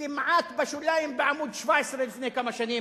כמעט בשוליים, בעמוד 17, לפני כמה שנים.